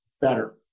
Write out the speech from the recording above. better